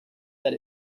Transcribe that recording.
that